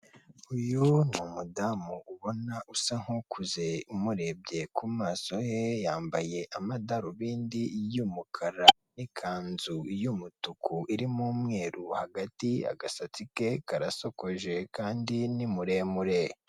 Abagororwa bambaye imyenda ya oranje bavuye kubaka bamwe bafite ibitiyo abandi amasuka, amagorofane bari kuzamuka batashye bari ku murongo bari impande y'igipangu cyubakije amatafari ahiye asizemo amarangi y'umuhondo.